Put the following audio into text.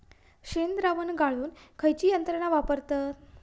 शेणद्रावण गाळूक खयची यंत्रणा वापरतत?